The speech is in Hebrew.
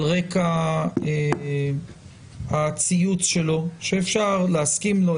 על רקע הציוץ שלו - שאפשר להסכים לו,